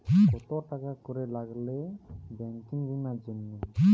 কত টাকা করে লাগে ব্যাঙ্কিং বিমার জন্য?